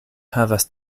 havas